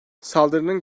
saldırının